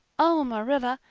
oh, marilla,